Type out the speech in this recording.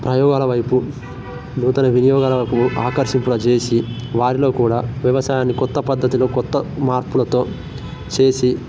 ప్రయోగాల వైపు నూతన వినియోగాలకు ఆకర్షింపజేసి వారిలో కూడా వ్యవసాయాన్ని కొత్త పద్ధతులు కొత్త మార్పులతో చేసి